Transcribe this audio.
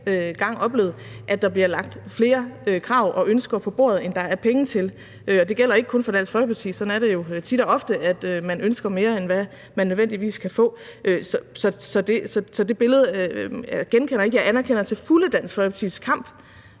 gang oplevet, at der bliver lagt flere krav og ønsker på bordet, end der er penge til – og det gælder ikke kun for Dansk Folkeparti; sådan er det jo tit og ofte, altså at man ønsker mere, end man nødvendigvis kan få. Så det billede genkender jeg ikke. Jeg anerkender til fulde Dansk Folkepartis kamp